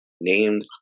named